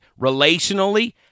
Relationally